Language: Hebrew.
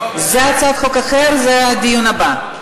זה הצעת חוק אחרת, זה הדיון הבא.